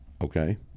okay